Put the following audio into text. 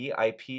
VIP